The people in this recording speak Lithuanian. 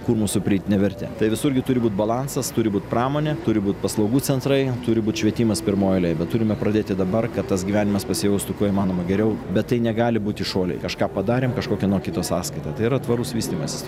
kur mūsų pridėtinė vertė tai visur gi turi būt balansas turi būt pramonė turi būt paslaugų centrai turi būt švietimas pirmoj eilėj bet turime pradėti dabar kad tas gyvenimas pasijaustų kuo įmanoma geriau bet tai negali būti šuoliai kažką padarėm kažko kieno kito sąskaita tai yra tvarus vystymasis